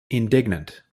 indignant